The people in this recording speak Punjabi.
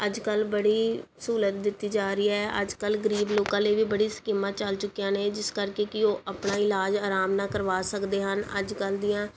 ਅੱਜ ਕੱਲ੍ਹ ਬੜੀ ਸਹੂਲਤ ਦਿੱਤੀ ਜਾ ਰਹੀ ਹੈ ਅੱਜ ਕੱਲ੍ਹ ਗਰੀਬ ਲੋਕਾਂ ਲਈ ਵੀ ਬੜੀ ਸਕੀਮਾਂ ਚੱਲ ਚੁੱਕੀਆਂ ਨੇ ਜਿਸ ਕਰਕੇ ਕਿ ਉਹ ਆਪਣਾ ਇਲਾਜ ਅਰਾਮ ਨਾਲ ਕਰਵਾ ਸਕਦੇ ਹਨ ਅੱਜ ਕੱਲ੍ਹ ਦੀਆਂ